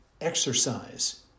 exercise